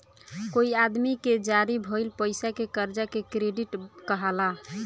कोई आदमी के जारी भइल पईसा के कर्जा के क्रेडिट कहाला